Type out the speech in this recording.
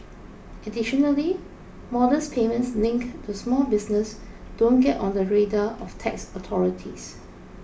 additionally modest payments linked to small business don't get on the radar of tax authorities